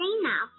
now